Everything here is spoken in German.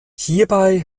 hierbei